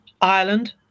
Ireland